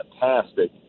fantastic